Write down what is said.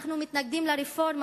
אנחנו מתנגדים לרפורמה,